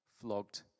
flogged